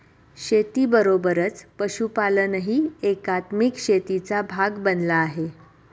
शेतीबरोबरच पशुपालनही एकात्मिक शेतीचा भाग बनला आहे